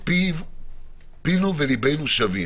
פינו וליבנו שווים.